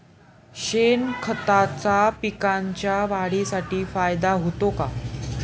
शेणखताचा पिकांच्या वाढीसाठी फायदा होतो का?